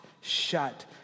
shut